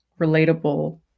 relatable